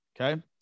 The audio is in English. Okay